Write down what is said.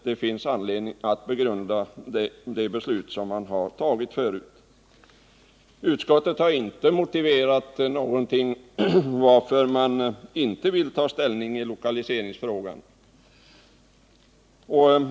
Det finns anledning att begrunda beslutet. Utskottet har inte motiverat varför man inte vill ta ställning i lokaliseringsfrågan.